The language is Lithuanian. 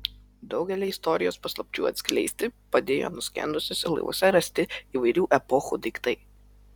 daugelį istorijos paslapčių atskleisti padėjo nuskendusiuose laivuose rasti įvairių epochų daiktai